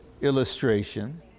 illustration